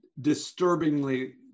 disturbingly